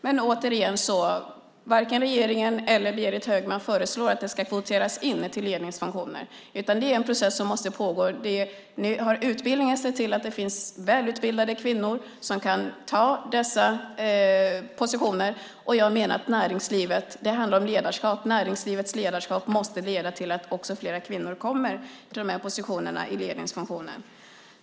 Men varken regeringen eller Berit Högman föreslår att det ska kvoteras in till ledningsfunktioner. Det är en process som måste pågå. Nu har utbildningen sett till att det finns välutbildade kvinnor som kan ta dessa positioner. Jag menar att det handlar om ledarskap, och näringslivets ledarskap måste leda till att fler kvinnor kommer till de här positionerna i ledningsfunktionen.